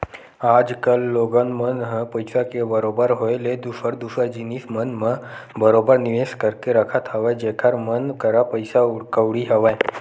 आज कल लोगन मन ह पइसा के बरोबर होय ले दूसर दूसर जिनिस मन म बरोबर निवेस करके रखत हवय जेखर मन करा पइसा कउड़ी हवय